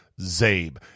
zabe